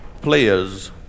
players